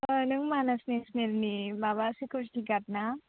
नों मानास नेसनेलनि माबा सिकिउरिटि गार्ड ना